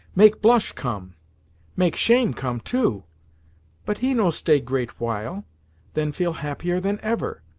make blush come make shame come too but he no stay great while then feel happier than ever.